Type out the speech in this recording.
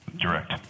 direct